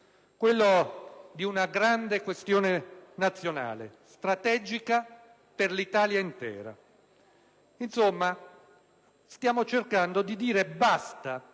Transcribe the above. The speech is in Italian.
quello di una grande questione nazionale, strategica per l'Italia intera. Insomma, stiamo cercando di dire basta